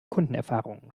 kundenerfahrungen